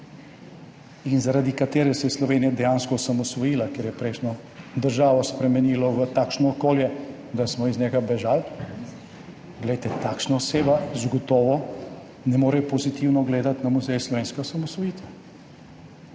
in zaradi katere se je Slovenija dejansko osamosvojila, ker je prejšnjo državo spremenila v takšno okolje, da smo iz njega bežali. Poglejte, takšna oseba zagotovo ne more pozitivno gledati na Muzej slovenske osamosvojitve.